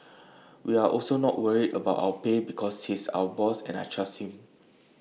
we are also not worried about our pay because he's our boss and I trust him